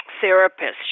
therapist